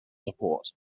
support